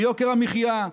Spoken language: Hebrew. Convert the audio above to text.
ביוקר המחיה,